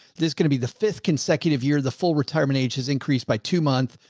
this is going to be the fifth consecutive year. the full retirement age has increased by two months.